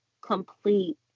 complete